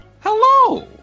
hello